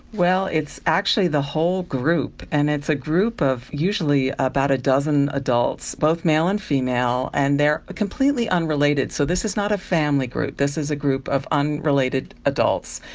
well, it's actually the whole group, and it's a group of usually about a dozen adults, both male and female, and they are completely unrelated, so this is not a family group, this is a group of unrelated adults,